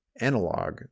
analog